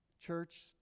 Church